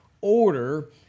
order